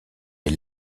est